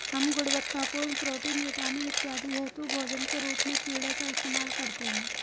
हम गुणवत्तापूर्ण protein, vitamin इत्यादि हेतु भोजन के रूप में कीड़े का इस्तेमाल करते हैं